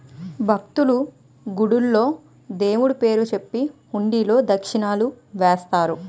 భక్తులు, గుడిలో దేవుడు పేరు చెప్పి హుండీలో దక్షిణలు వేస్తారు